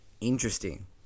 interesting